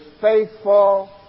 faithful